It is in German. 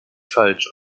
falsch